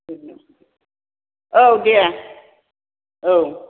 दोन्दो औ दे औ